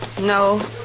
No